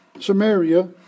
Samaria